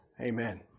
Amen